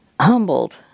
humbled